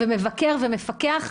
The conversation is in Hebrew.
מבקר ומפקח,